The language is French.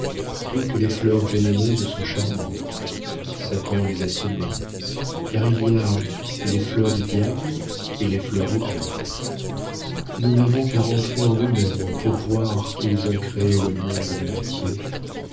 toutes les fleurs vénéneuses sont charmantes satan les a semées car il y a les fleurs du diable et les fleurs de dieu nous n'avons qu'à rentrer en nous-mêmes pour voir qu'ils ont créé le monde de moitié